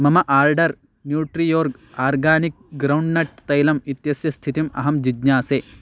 मम order Nutriorg organic groundnut तैलम् इत्यस्य स्थितिम् अहं जिज्ञासे